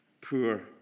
poor